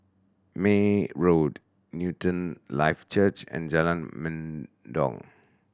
May Road Newton Life Church and Jalan Mendong